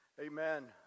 Amen